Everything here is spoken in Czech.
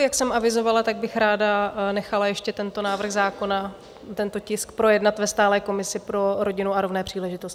Jak jsem avizovala, tak bych ráda nechala ještě tento návrh zákona, tento tisk, projednat ve stálé komisi pro rodinu a rovné příležitosti.